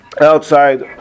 outside